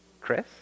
Chris